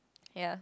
ya